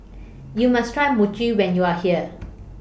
YOU must Try Mochi when YOU Are here